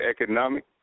economic